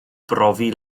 brofi